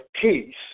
peace